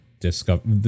discover